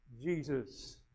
Jesus